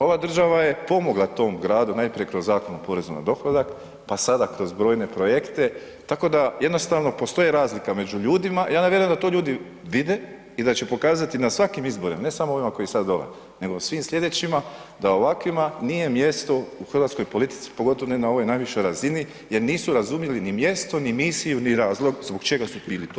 Ova država je pomogla tom gradu najprije kroz Zakon o porezu na dohodak, pa sada kroz brojne projekte tako da jednostavno postoji razlika među ljudima, ja ne vjerujem da to ljudi vide i da će pokazati na svakim izborima, ne samo ovima koji sad dolaze, nego svim slijedećima da ovakvima nije mjesto u hrvatskoj politici, pogotovo ne na ovoj najvišoj razini jer nisu razumjeli ni mjesto, ni misiju, ni razlog zbog čega su bili tu.